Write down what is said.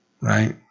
right